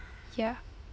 ya